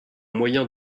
moyen